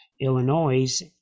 Illinois